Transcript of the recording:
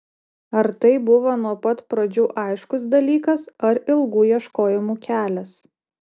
ar tai buvo nuo pat pradžių aiškus dalykas ar ilgų ieškojimų kelias